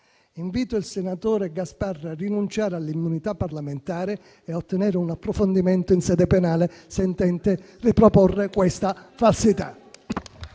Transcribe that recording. Invito il senatore Gasparri a rinunciare all'immunità parlamentare e a ottenere un approfondimento in sede penale, se intende riproporre questa falsità.